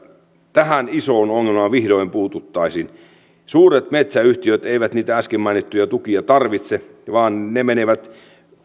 tähän isoon ongelmaan vihdoin puututtaisiin suuret metsäyhtiöt eivät niitä äsken mainittuja tukia tarvitse vaan ne menevät